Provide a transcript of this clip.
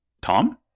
Tom